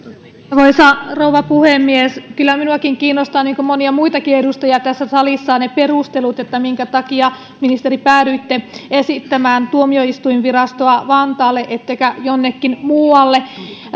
arvoisa rouva puhemies kyllä minuakin kiinnostaa niin kuin monia muitakin edustajia tässä salissa ne perustelut että minkä takia ministeri päädyitte esittämään tuomioistuinvirastoa vantaalle ettekä jonnekin muualle